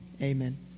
Amen